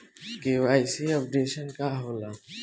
KYC updation का होला?